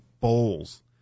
bowls